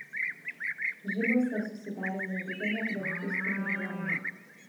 žibuose susidarė nedidelė baptistų bendruomenė